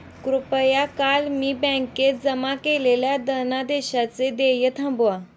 कृपया काल मी बँकेत जमा केलेल्या धनादेशाचे देय थांबवा